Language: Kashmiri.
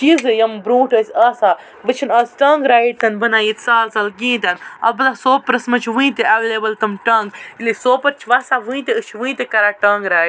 چیٖرے یِم برونٛٹھ ٲسۍ آسان وۄنۍ چھ نہٕ آز ٹانٛگہ رایڈ تہ نہٕ بانن ییٚتہِ سہل سہل کِہیٖنۍ تہ نہ البتہ سوپرَس مَنٛز چھ ونتہ اویلیبل تِم ٹانٛگہٕ ییٚلہِ أسۍ سوپر چھِ وَسان ونتہ أسۍ چھِ ونتہ کران ٹانٛگہٕ رایڈ